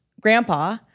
grandpa